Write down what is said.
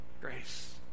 Grace